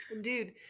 dude